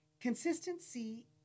Consistency